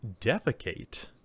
defecate